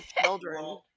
children